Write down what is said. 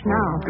now